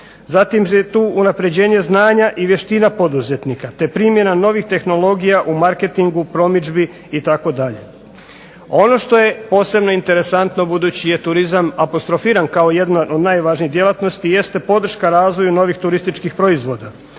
Zatim je tu unapređenje znanja i vještina poduzetnika te primjena novih tehnologija u marketingu, promidžbi itd. Ono što je posebno interesantno budući da je turizam apostrofiran kao jedna od najvažnije djelatnosti jeste podrška razvoju novih turističkih proizvoda